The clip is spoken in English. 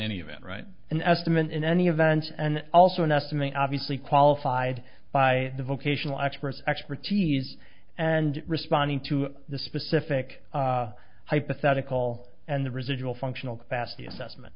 any event right an estimate in any event and also an estimate obviously qualified by the vocational experts expertise and responding to the specific hypothetical and the residual functional capacity assessment